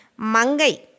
Mangai